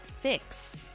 fix